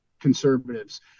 conservatives